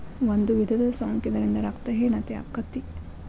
ಒಂದು ವಿಧದ ಸೊಂಕ ಇದರಿಂದ ರಕ್ತ ಹೇನತೆ ಅಕ್ಕತಿ